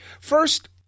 First